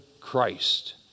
Christ